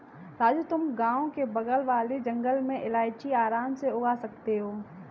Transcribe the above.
राजू तुम गांव के बगल वाले जंगल में इलायची आराम से उगा सकते हो